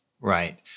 Right